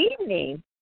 evening